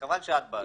חבל שאת באת.